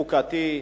חוקתי,